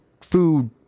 food